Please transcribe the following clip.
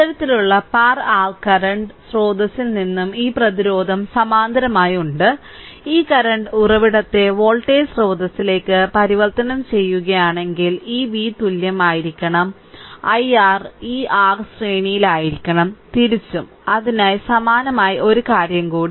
ഇത്തരത്തിലുള്ള പാർ r current സ്രോതസ്സിൽ നിന്നും ഈ പ്രതിരോധം സമാന്തരമായി ഉണ്ട് ഈ കറന്റ് ഉറവിടത്തെ വോൾട്ടേജ് സ്രോതസ്സിലേക്ക് പരിവർത്തനം ചെയ്യുകയാണെങ്കിൽ ഈ v തുല്യമായിരിക്കണം ir ഈ R ശ്രേണിയിൽ ആയിരിക്കണം തിരിച്ചും അതിനാൽ സമാനമായി ഒരു കാര്യം കൂടി